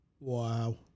Wow